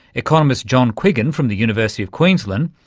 economist john quiggin from the university of queensland,